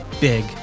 big